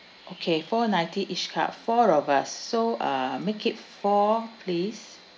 okay four ninety each cup four of us so uh make it four please